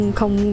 không